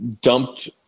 dumped